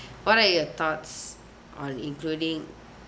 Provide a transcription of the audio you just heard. what are your thoughts on including